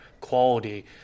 quality